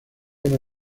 una